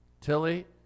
Tilly